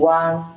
one